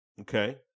Okay